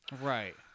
Right